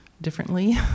differently